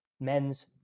Men's